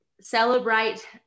celebrate